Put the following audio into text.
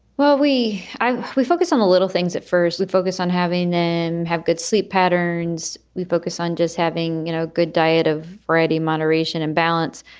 well, we i we focus on a little things at first. we focus on having them have good sleep patterns. we focus on just having a you know good diet of variety, moderation and balance.